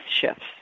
shifts